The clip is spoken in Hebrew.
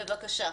בבקשה.